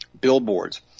Billboards